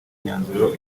myanzuro